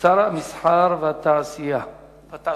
שר המסחר, התעשייה והתעסוקה.